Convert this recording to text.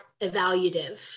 evaluative